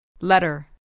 Letter